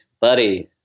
buddy